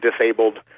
disabled